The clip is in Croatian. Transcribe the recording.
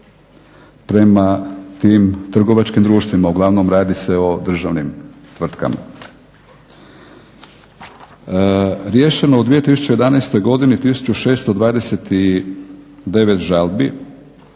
prema tim trgovačkim društvima, uglavnom radi se o državnim tvrtkama. Riješeno u 2011. godini 1629 žalbi,